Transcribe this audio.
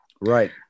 Right